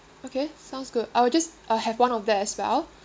okay sounds good I will just uh have one of that as well